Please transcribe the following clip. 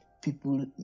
People